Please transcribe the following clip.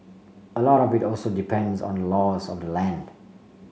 a lot of it also depends on laws of the land